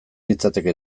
nintzateke